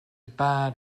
bad